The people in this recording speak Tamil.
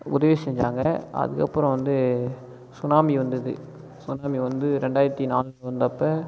உதவி செஞ்சாங்க அதுக்கப்புறம் வந்து சுனாமி வந்தது சுனாமி வந்து ரெண்டாயிரத்து நாலில் வந்தப்போ